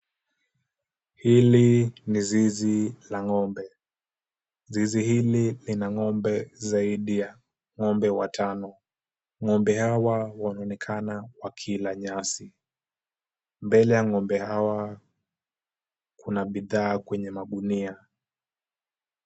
Hili ni zizi la ng'ombe. Zizi hili lina ng'ombe zaidi ya ng'ombe watano. Ng'ombe hawa wanaonekana wakila nyasi. Mbele ya ng'ombe hawa kuna bidhaa kwenye magunia.